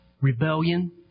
rebellion